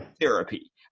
therapy